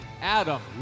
Adam